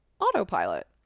autopilot